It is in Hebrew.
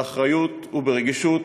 באחריות וברגישות,